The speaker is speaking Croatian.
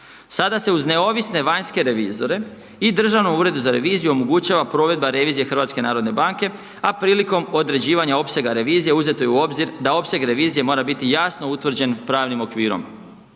Sada se uz neovisne vanjske revizore i Državnom uredu za reviziju omogućava provedbe revizija HNB, a prilikom određivanja opsega revizija, uzeto je u obzir, da opseg revizije mora biti jasno utvrđen pravnim okvirom.